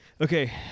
Okay